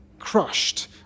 crushed